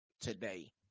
today